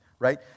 right